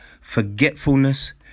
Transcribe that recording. forgetfulness